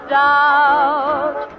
doubt